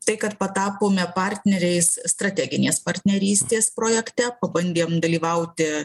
tai kad patapome partneriais strateginės partnerystės projekte pabandėm dalyvauti